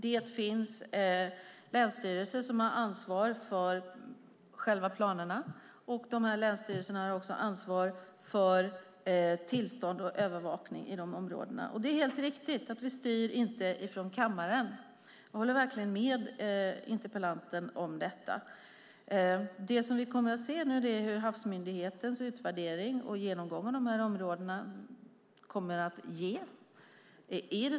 Det finns länsstyrelser som har ansvar för själva planerna, och de har också ansvar för tillstånd och övervakning i dessa områden. Det är riktigt att vi inte styr från kammaren; jag håller med interpellanten om det. Vi får se vad Havs och vattenmyndighetens utvärdering och genomgång av dessa områden kommer att ge.